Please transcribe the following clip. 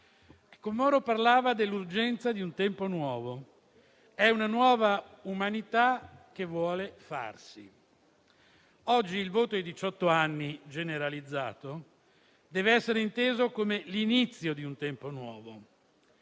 Moro parlava dell'urgenza di un tempo nuovo; è una nuova umanità che vuole farsi. Oggi il voto generalizzato a diciotto anni deve essere inteso come l'inizio di un tempo nuovo,